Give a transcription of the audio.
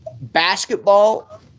basketball